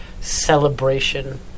celebration